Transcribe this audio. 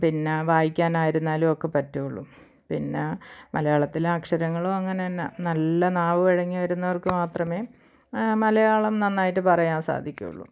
പിന്നെ വായിക്കാനായിരിന്നാലും ഒക്കെ പറ്റുവൊള്ളൂ പിന്നെ മലയാളത്തിലെ അക്ഷരങ്ങളും അങ്ങനെ തന്നെ നല്ല നാവ് വഴങ്ങി വരുന്നവർക്ക് മാത്രമേ മലയാളം നന്നായിട്ട് പറയാൻ സാധിക്കുകയുള്ളൂ